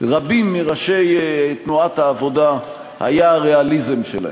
רבים מראשי תנועת העבודה היה הריאליזם שלהם,